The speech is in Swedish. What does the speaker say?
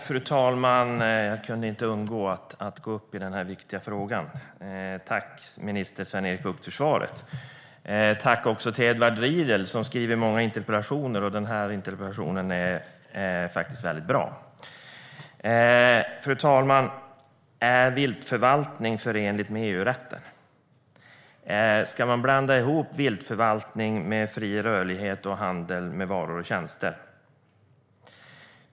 Fru talman! Jag kunde inte undgå att gå upp i denna viktiga fråga. Tack minister Sven-Erik Bucht för svaret! Tack också till Edward Riedl, som skriver många interpellationer. Den här interpellationen är bra. Fru ålderspresident! Är viltförvaltning förenligt med EU-rätten? Ska man blanda ihop viltförvaltning med fri rörlighet och handel med varor och tjänster?